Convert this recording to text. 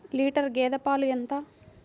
Litre గేదె పాలు ఎంత?